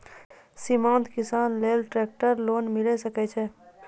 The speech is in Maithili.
सीमांत किसान लेल ट्रेक्टर लोन मिलै सकय छै?